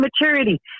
maturity